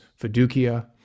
Fiducia